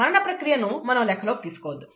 మరణ ప్రక్రియను మనం లెక్కలోకి తీసుకోవద్దు